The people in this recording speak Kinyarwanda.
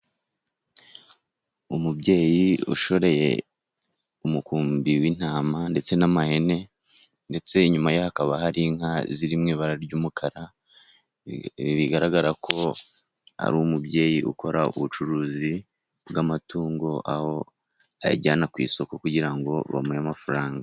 Umubyeyi ushoreye umukumbi w'intama ndetse n'amahene ndetse inyuma ye, hakaba hari inka ziri mu ibara ry'umukara, bigaragara ko ari umubyeyi ukora ubucuruzi bw'amatungo, aho ayajyana ku isoko kugira ngo bamuhe amafaranga.